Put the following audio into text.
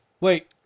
Wait